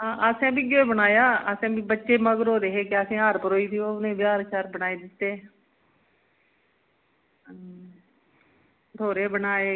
हां असें बी इ'यै बनाया असें बी बच्चे मगर होए दे हे कि असें गी हार भरोई देओ उ'नें गी बी हार शार बनाई दित्ते भठोरे बनाए